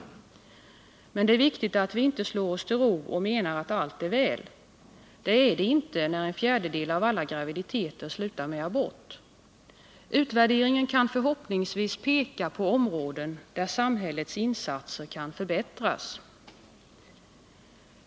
Men det är viktigt att vi inte slår oss till ro och menar att allt är väl. Det är det inte, när en fjärdedel av alla graviditeter slutar med abort. Utvärderingen kan förhoppningsvis peka på områden där samhällets insatser kan förbättras.